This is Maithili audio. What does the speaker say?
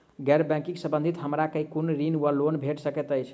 गैर बैंकिंग संबंधित हमरा केँ कुन ऋण वा लोन भेट सकैत अछि?